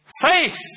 faith